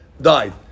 died